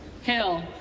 Hill